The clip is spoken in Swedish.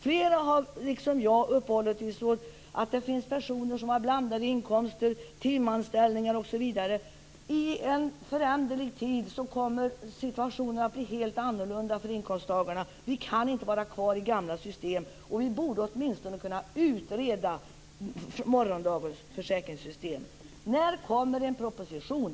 Flera talare har liksom jag uppehållit sig vid att det finns personer som har blandade inkomster, timanställningar, osv. I en föränderlig tid kommer situationen att bli helt annorlunda för inkomsttagarna. Vi kan inte vara kvar i gamla system. Vi borde åtminstone kunna utreda morgondagens försäkringssystem. När kommer en proposition?